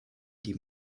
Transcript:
die